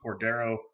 Cordero